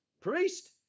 Priest